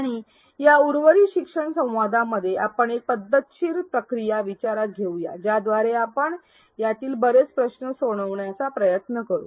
आणि या उर्वरित शिक्षण संवादामध्ये आपण एक पद्धतशीर प्रक्रिया विचारात घेऊया ज्याद्वारे आपण यापैकी बरेच प्रश्न सोडविण्याचा प्रयत्न करू